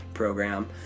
program